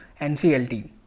NCLT